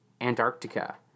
Antarctica